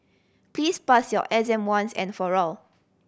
please pass your exam once and for all